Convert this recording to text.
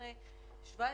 2012, 2017,